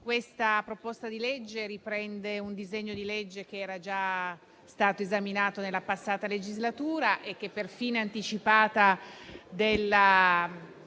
legge in discussione riprende un disegno di legge che era già stato esaminato nella passata legislatura e che, per la fine anticipata della